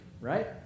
right